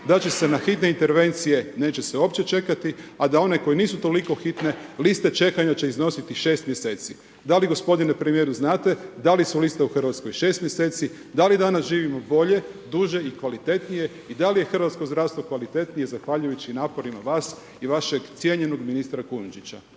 da će se na hitne intervencije, neće se uopće čekati, a da one koje nisu toliko hitne, liste čekanja će iznositi 6 mjeseci. Da li, gospodine premijeru znate, da li su liste u RH 6 mjeseci, da li danas živom bolje, duže i kvalitetnije i da li je hrvatsko zdravstvo kvalitetnije zahvaljujući naporima vas i vašeg cijenjenog ministra Kujundžića.